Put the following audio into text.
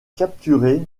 capturé